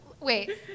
Wait